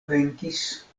venkis